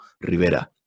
Rivera